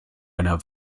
einer